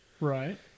Right